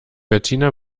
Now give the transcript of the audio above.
bettina